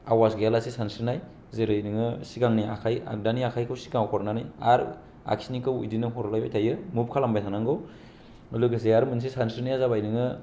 आवास गैया लासे सानस्रिनाय जेरै नोंङो सिगांनि आखाय आगदानि आखायखौ सिगाङाव हरनानै आरो आखिनिखौ बिदिनो हरलायबाय थायो बिदिनो मुब्ब खालामबाय थानांगौ लोगोसे आरो मोनसे सानस्रिनाया जाबाय